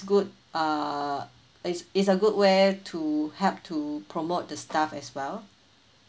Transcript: good uh it's it's a good way to help to promote the staff as well